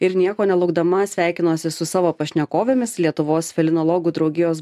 ir nieko nelaukdama sveikinuosi su savo pašnekovėmis lietuvos felinologų draugijos